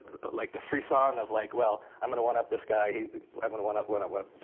like the frisson of, like well, i'm going to one up this guy. i'm going to one up, one up, one up.